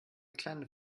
kleine